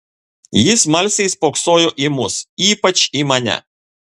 ji smalsiai spoksojo į mus ypač į mane